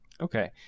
Okay